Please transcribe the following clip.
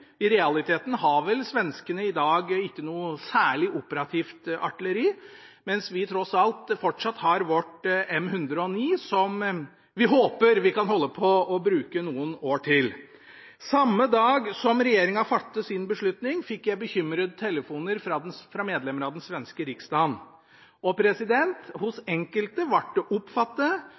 I realiteten har vel svenskene i dag ikke noe særlig operativt artilleri, mens vi tross alt fortsatt har vårt M109, som vi håper vi kan holde på å bruke noen år til. Samme dag som regjeringen fattet sin beslutning, fikk jeg bekymrede telefoner fra medlemmer av den svenske riksdagen. Av enkelte ble det oppfattet